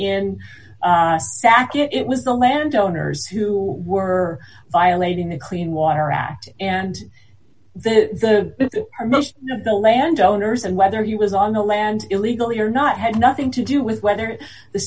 fact it was the landowners who were violating the clean water act and the or most of the landowners and whether he was on the land illegally or not had nothing to do with whether the